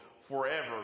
forever